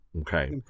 okay